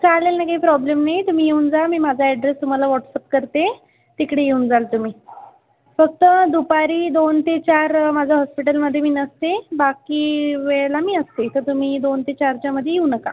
चालेल ना काही प्रॉब्लेम नाही तुम्ही येऊन जा मी माझा ॲड्रेस तुम्हाला व्हॉट्सअप करते तिकडे येऊन जाल तुम्ही फक्त दुपारी दोन ते चार माझं हॉस्पिटलमध्ये मी नसते बाकी वेळेला मी असते तर तुम्ही दोन ते चारच्या मध्ये येऊ नका